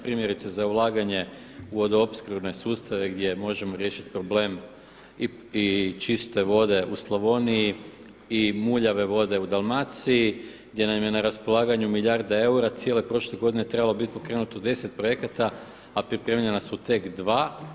Primjerice za ulaganje u vodoopskrbne sustave gdje možemo riješiti problem i čiste vode u Slavoniji i muljave vode u Dalmaciji gdje nam je na raspolaganju milijarda eura, cijele prošle godine trebalo biti pokrenuto 10 projekata, a pripremljena su tek dva.